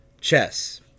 chess